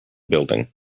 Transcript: building